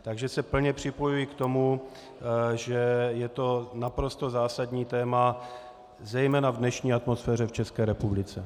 Takže se plně připojuji k tomu, že je to naprosto zásadní téma zejména v dnešní atmosféře v České republice.